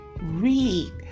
read